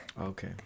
Okay